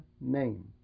name